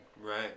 right